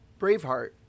Braveheart